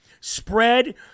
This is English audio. Spread